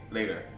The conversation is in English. Later